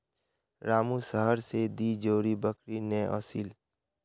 रामू शहर स दी जोड़ी बकरी ने ओसील